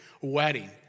wedding